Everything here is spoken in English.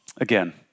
Again